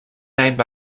named